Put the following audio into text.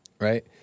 right